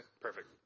Perfect